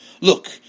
Look